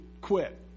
quit